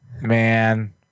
man